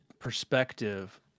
Perspective